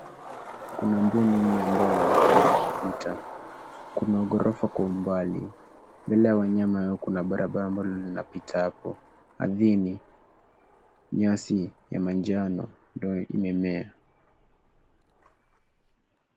Kuna mbuni wanne ambao wanaonekana wakipita. Kuna ghorofa kwa umbali. Mbele ya wanyama hao kuna barabara ambalo linapita hapo. Ardhini nyasi ya manjano ndio imemea.